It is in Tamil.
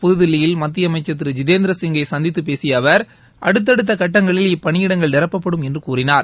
புதுதில்லியில் மத்திய அமைச்சர் திரு ஜிதேந்திர சிங்கை சந்தித்துப் பேசிய அவர் அடுத்தடுத்த கட்டங்களில் இப்பணியிடங்கள் நிரப்படும் என்று கூறினார்